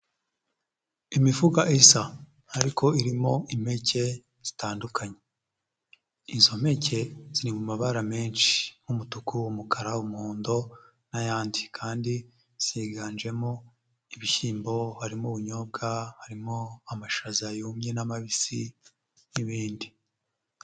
Imifuka isa ariko irimo impeke zitandukanye, izo mpeke ziri mu mabara menshi nk'umutuku, umukara, umuhondo n'ayandi kandi ziganjemo ibishyimbo, harimo ibunyobwa, harimo amashaza yumye n'amabisi n'ibindi.